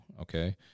okay